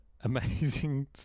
amazing